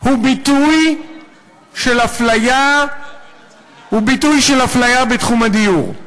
הוא ביטוי של אפליה בתחום הדיור.